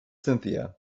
cynthia